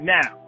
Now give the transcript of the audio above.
Now